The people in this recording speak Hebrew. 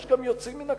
יש גם יוצאים מן הכלל,